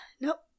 Nope